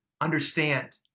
understand